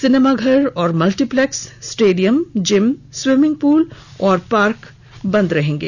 सिनेमाघर और multiplex stadium gym swimming pool और पार्क बंद रहेंगे